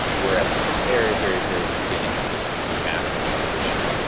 we're at the very, very, very beginning of this massive transition,